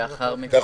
לאחר מכן, עם